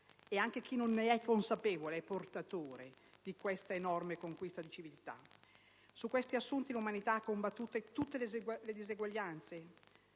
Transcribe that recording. e anche chi non ne è consapevole è portatore di questa enorme conquista di civiltà. Su questi assunti l'umanità ha combattuto tutte le disuguaglianze